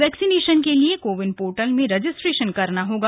vaccination के लिए CoWIN portal में रजिस्ट्रेशन करना होगा